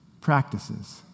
practices